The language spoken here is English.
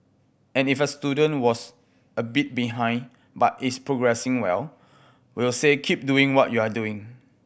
and if a student was a bit behind but is progressing well we'll say keep doing what you're doing